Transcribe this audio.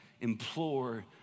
implore